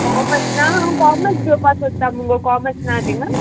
commerce ना हांव commerce घेवापा सोदता मोगो कोमर्स ना तिंगा